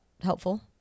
helpful